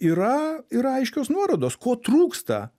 yra yra aiškios nuorodos ko trūksta